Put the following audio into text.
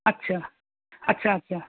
আচ্ছা আচ্ছা আচ্ছা